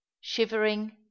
shivering